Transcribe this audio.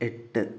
എട്ട്